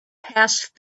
passed